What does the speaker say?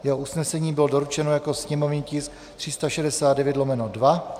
Jeho usnesení bylo doručeno jako sněmovní tisk 369/2.